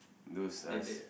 those us